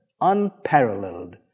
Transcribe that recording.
unparalleled